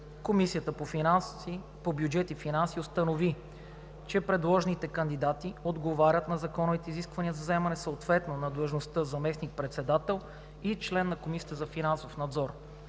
Комисията по бюджет и финанси установи, че предложените кандидати отговарят на законовите изисквания за заемане съответно на длъжността заместник-председател и член на Комисията за финансов надзор.